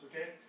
okay